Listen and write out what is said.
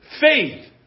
faith